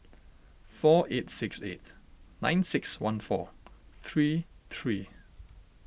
four eight six eight nine six one four three three